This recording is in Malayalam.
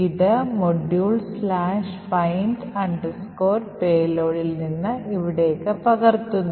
ഇത് module2find payload ൽ നിന്ന് ഇവിടേക്ക് പകർത്തുന്നു